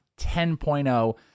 10.0